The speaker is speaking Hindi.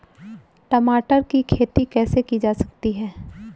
टमाटर की खेती कैसे की जा सकती है?